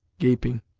gaping.